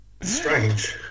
Strange